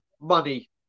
money